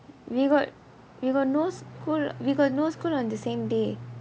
we got we got no school we got no school on the same day